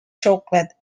chocolate